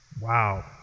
Wow